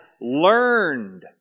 learned